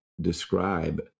describe